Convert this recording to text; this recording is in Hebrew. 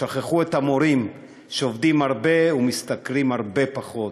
שכחו את המורים שעובדים הרבה ומשתכרים הרבה פחות,